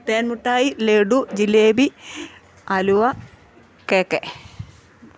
തേൻ മിഠായി ലഡു ജിലേബി അലുവ കേക്ക്